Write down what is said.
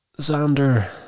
Xander